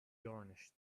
garnished